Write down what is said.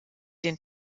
den